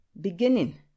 beginning